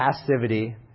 passivity